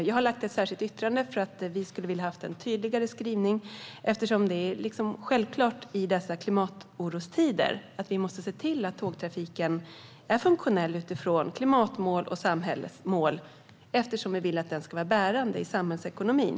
Jag har lämnat ett särskilt yttrande, eftersom vi skulle ha velat ha en tydligare skrivning. Det är ju självklart i dessa klimatorostider att vi måste se till att tågtrafiken är funktionell utifrån klimat och samhällsmål, eftersom vi vill att den ska vara bärande i samhällsekonomin.